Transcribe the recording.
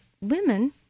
women